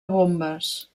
bombes